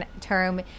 term